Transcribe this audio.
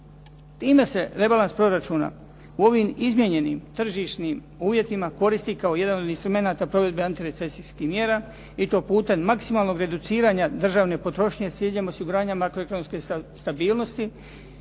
Time se rebalans proračuna u ovim izmijenjenim tržišnim uvjetima koristi kao jedan od instrumenata provedbe antirecesijskih mjera i to putem maksimalnog reduciranja državne potrošnje s ciljem osiguranja makroekonomske stabilnosti